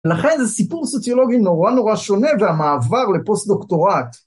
לכן זה סיפור סוציולוגי נורא נורא שונה והמעבר לפוסט-דוקטורט.